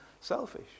selfish